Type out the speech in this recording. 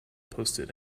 posted